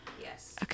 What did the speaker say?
Yes